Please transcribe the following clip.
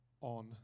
on